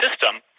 system